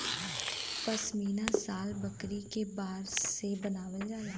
पश्मीना शाल बकरी के बार से बनावल जाला